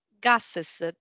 gases